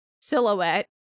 silhouette